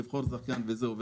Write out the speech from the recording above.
לבחור זכיין וזהו,